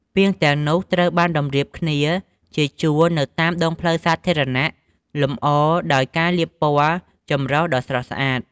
ពាងទាំងនោះត្រូវបានតម្រៀបគ្នាជាជួរនៅតាមដងផ្លូវសាធារណៈ លម្អដោយការលាបពណ៌ចម្រុះដ៏ស្រស់ស្អាត។